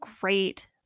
great